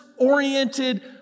oriented